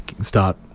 start